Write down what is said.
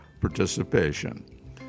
participation